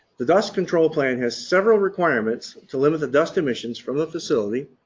the dust control plan has several requirements to limit the dust emissions from the facility,